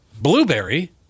blueberry